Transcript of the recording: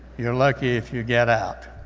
you're lucky if you get out.